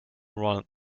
run